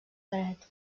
dret